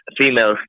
female